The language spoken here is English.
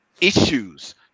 issues